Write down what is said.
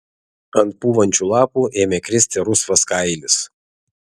ant pūvančių lapų ėmė kristi rusvas kailis